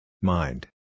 Mind